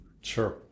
Sure